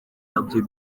ibyo